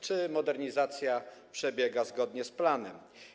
Czy modernizacja przebiega zgodnie z planem?